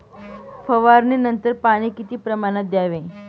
फवारणीनंतर पाणी किती प्रमाणात द्यावे?